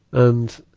and,